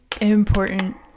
important